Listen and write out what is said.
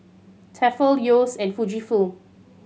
Tefal Yeo's and Fujifilm